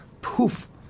Poof